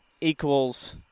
equals